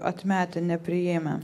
atmetę nepriėmę